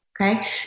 Okay